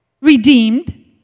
redeemed